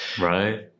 Right